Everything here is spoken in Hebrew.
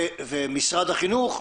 משרד החינוך,